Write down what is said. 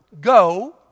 go